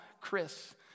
Chris